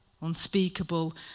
unspeakable